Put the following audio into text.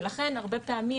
ולכן הרבה פעמים,